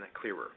clearer